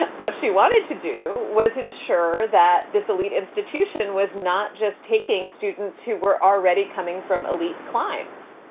what she wanted to do was ensure that this elite institution was not just taking students who were already coming from elite climes.